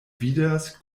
vidas